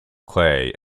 clay